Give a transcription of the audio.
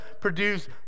produce